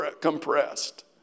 compressed